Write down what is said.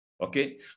Okay